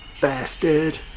bastard